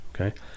Okay